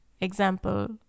example